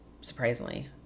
surprisingly